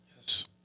Yes